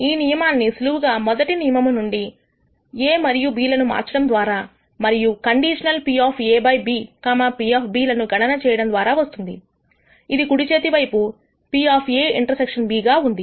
ఈ నియమాన్ని సులువుగా మొదటి నియమము నుండి A మరియు B లను మార్చడం ద్వారా మరియు కండిషనల్ PA|B P లను గణన చేయడం ద్వారా వస్తుందిఇది కుడి చేతి వైపు PA ∩ B గా ఉంది